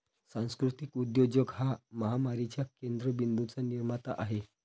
सांस्कृतिक उद्योजक हा महामारीच्या केंद्र बिंदूंचा निर्माता आहे